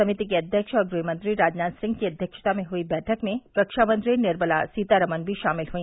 समिति के अध्यक्ष और गृहमंत्री राजनाथ सिंह की अध्यक्षता में हुई बैठक में रक्षामंत्री निर्मला सीतारमन भी शामिल हुई